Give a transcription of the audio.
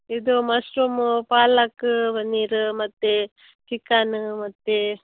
ಇದು ಮಶ್ರುಮು ಪಾಲಕ್ ಪನೀರ್ ಮತ್ತೆ ಚಿಕನ್ ಮತ್ತೆ